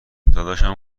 داداشم